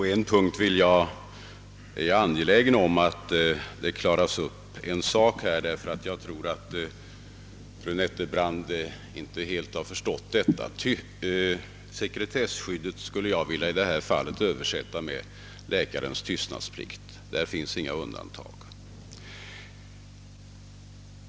Herr talman! Jag är angelägen att reda ut en sak som jag tror att fru Nettelbrandt inte helt har förstått. Sekretesskyddet skulle jag i detta fall vilja översätta med läkarens tystnadsplikt. Där finns inga undantag.